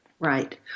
Right